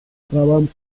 правам